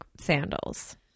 sandals